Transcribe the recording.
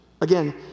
Again